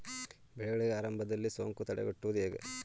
ಬೆಳೆಗಳಿಗೆ ಆರಂಭದಲ್ಲಿ ಸೋಂಕು ತಡೆಗಟ್ಟುವುದು ಹೇಗೆ?